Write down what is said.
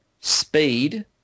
speed